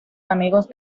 amigos